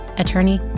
attorney